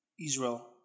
Israel